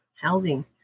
housing